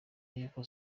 y’uko